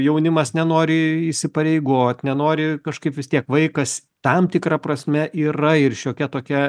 jaunimas nenori įsipareigot nenori kažkaip vis tiek vaikas tam tikra prasme yra ir šiokia tokia